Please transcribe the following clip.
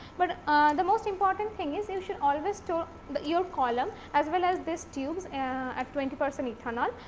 but the most important thing is you should always store but your column as well as this tubes at twenty percent ethanol.